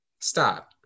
stop